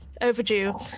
Overdue